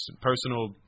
personal